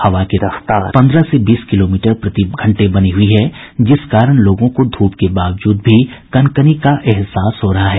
हवा की रफ्तार पन्द्रह से बीस किलोमीटर प्रतिघंटे बनी हुई है जिस कारण लोगों को धूप के बावजूद भी कनकनी का एहसास हो रहा है